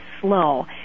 slow